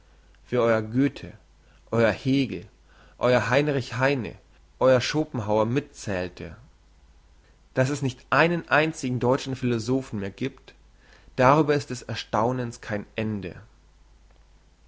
wie euer goethe euer hegel euer heinrich heine euer schopenhauer mitzählte dass es nicht einen einzigen deutschen philosophen mehr giebt darüber ist des erstaunens kein ende